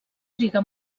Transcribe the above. triga